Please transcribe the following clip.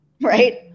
right